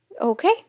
Okay